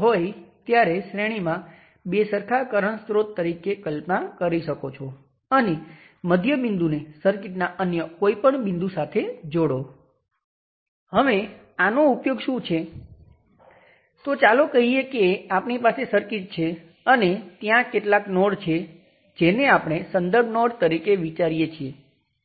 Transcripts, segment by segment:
હવે હું જાણું છું કે આ V ટેસ્ટ એ 1 કિલો Ω × Ix બરાબર છે હું હજુ સુધી જાણતો નથી કે Ix શું છે હવે હું એ પણ જાણું છું કે આ V ટેસ્ટ પણ આ બે પોઇન્ટ વચ્ચેનું વોલ્ટેજ છે અને Ix ની દિશાને ધ્યાનમાં લેતા વોલ્ટેજ ડ્રોપ Ix × 1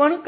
કિલો Ω છે